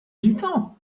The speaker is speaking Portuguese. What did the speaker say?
então